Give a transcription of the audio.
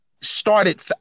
started –